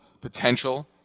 potential